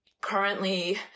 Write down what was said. Currently